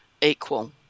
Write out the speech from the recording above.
equal